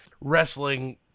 Wrestling